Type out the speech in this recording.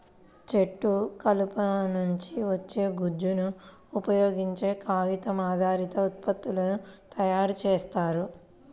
చెట్టు కలప నుంచి వచ్చే గుజ్జును ఉపయోగించే కాగితం ఆధారిత ఉత్పత్తులను తయారు చేస్తారు